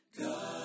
God